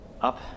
Up